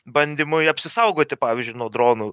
bandymui apsisaugoti pavyzdžiui nuo dronų